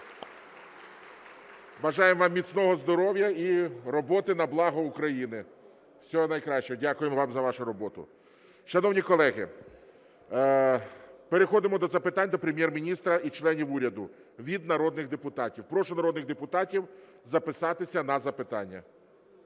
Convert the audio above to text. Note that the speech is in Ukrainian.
Бажаємо вам міцного здоров'я і роботи на благо України. Всього найкращого, дякуємо вам за вашу роботу. Шановні колеги, переходимо до запитань до Прем'єр-міністра і членів уряду від народних депутатів. Прошу народних депутатів записатися на запитання.